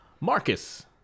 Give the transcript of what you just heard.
Marcus